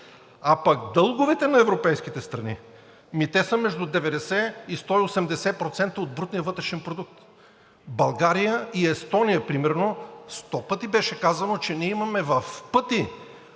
А пък дълговете на европейските страни, ами те са между 90 и 180% от брутния вътрешен продукт. България и Естония примерно, сто пъти беше казано, че ние имаме в пъти